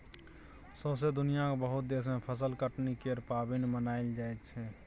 सौसें दुनियाँक बहुत देश मे फसल कटनी केर पाबनि मनाएल जाइ छै